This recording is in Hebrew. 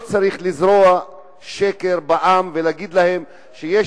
לא צריך לזרוע שקר בעם ולהגיד לו שיש